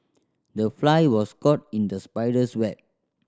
the fly was caught in the spider's web